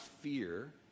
fear